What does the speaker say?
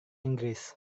inggris